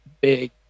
big